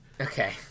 Okay